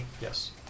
Yes